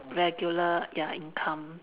regular ya income